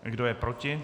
Kdo je proti?